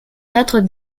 notre